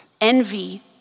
envy